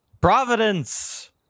Providence